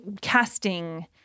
casting